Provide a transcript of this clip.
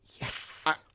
Yes